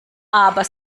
aber